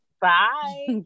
Bye